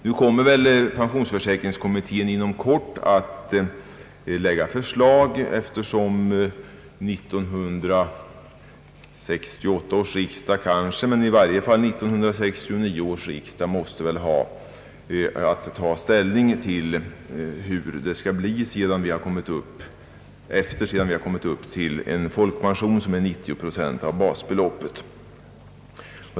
Nu kommer väl pensionsförsäkringskommittén inom kort att framlägga förslag, eftersom 1968 års eller i varje fall 1969 års riksdag måste få ta ställning till hur det skall bli sedan folkpensionen kommit upp till 90 procent av basbeloppet.